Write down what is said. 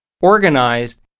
organized